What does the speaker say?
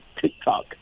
TikTok